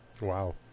Wow